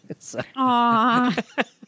Aww